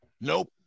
Nope